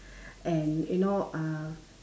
and you know uh